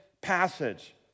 passage